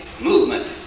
Movement